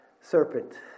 serpent